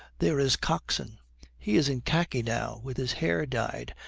there is coxon he is in khaki now, with his hair dyed,